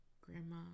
grandma